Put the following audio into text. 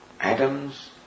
atoms